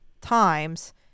times